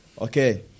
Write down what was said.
okay